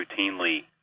routinely